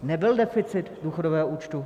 Nebyl deficit důchodového účtu.